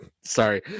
Sorry